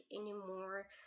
anymore